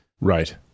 Right